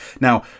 now